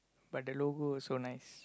but the logo also nice